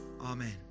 Amen